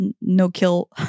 no-kill